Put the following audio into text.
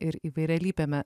ir įvairialypiame